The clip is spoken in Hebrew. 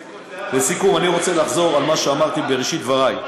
לסיכום, אני רוצה לחזור על מה שאמרתי בראשית דברי: